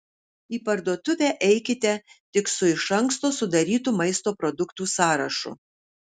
į parduotuvę eikite tik su iš anksto sudarytu maisto produktų sąrašu